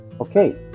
Okay